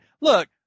Look